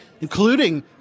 including